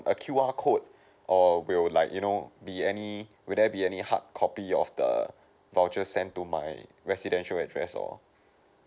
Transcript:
Q_R code or will like you know be any will there be any hard copy of the voucher sent to my residential address or